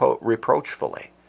reproachfully